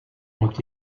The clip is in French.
ont